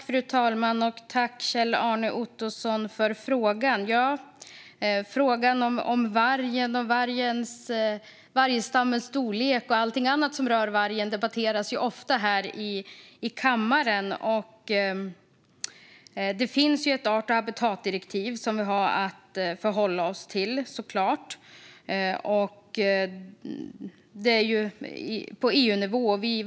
Fru talman! Tack, Kjell-Arne Ottosson, för frågan! Frågan om vargen, vargstammens storlek och allting annat som rör vargen debatteras ofta här i kammaren. Det finns ett art och habitatdirektiv som vi såklart har att förhålla oss till. Det är på EU-nivå.